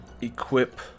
equip